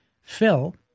Phil